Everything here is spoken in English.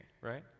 right